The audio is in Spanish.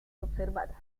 observadas